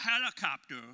helicopter